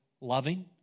loving